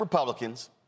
Republicans